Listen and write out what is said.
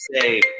say